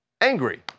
angry